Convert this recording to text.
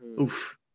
oof